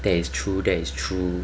that is true that is true